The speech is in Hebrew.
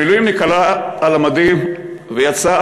המילואימניק עלה על המדים ויצא,